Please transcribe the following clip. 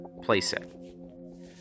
playset